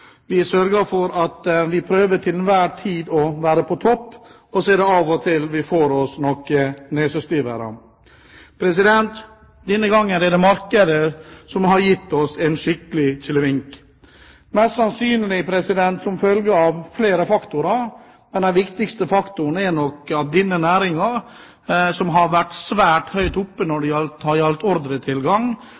vi også innenfor verftsnæringen kan lære litt av idretten. I idretten er det slik at man trener for å bli god. Man vil til enhver tid prøve å være på topp, og så får man seg av og til noen nesestyvere. Denne gangen er det markedet som har gitt oss en skikkelig kilevink, mest sannsynlig som følge av flere faktorer. Men den viktigste faktoren er nok at denne næringen, som har vært svært høyt oppe når